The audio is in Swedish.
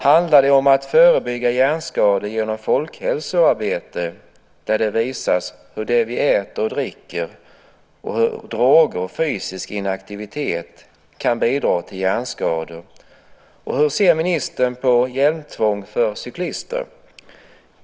Handlar det om att förebygga hjärnskador genom bedrivande av folkhälsoarbete, där det visas hur det vi äter och dricker och hur droger och fysisk inaktivitet kan bidra till hjärnskador? Hur ser ministern vidare på hjälmtvång för cyklister?